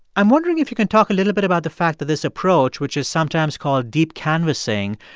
i'm wondering if you can talk a little bit about the fact that this approach, which is sometimes called deep canvassing,